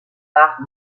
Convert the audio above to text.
par